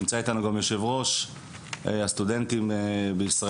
נמצא אתנו גם יושב ראש אגודת הסטודנטים בישראל,